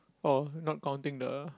oh not counting the